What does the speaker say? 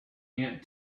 aunt